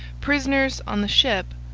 prisoners on the ship,